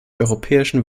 europäischen